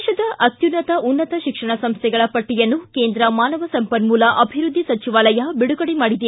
ದೇಶದ ಅತ್ಯುನ್ನತ ಉನ್ನತ ಶಿಕ್ಷಣ ಸಂಸ್ವೆಗಳ ಪಟ್ಟಿಯನ್ನು ಕೇಂದ್ರ ಮಾನವ ಸಂಪನ್ಮೂಲ ಅಭಿವೃದ್ಧಿ ಸಚಿವಾಲಯ ಬಿಡುಗಡೆ ಮಾಡಿದೆ